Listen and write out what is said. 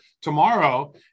tomorrow